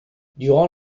durant